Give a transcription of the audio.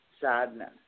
sadness